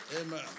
Amen